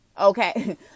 Okay